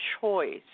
choice